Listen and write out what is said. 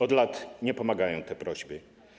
Od lat nie pomagają te prośby.